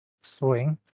swing